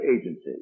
agency